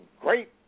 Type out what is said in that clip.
great